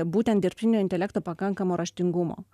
būtent dirbtinio intelekto pakankamo raštingumo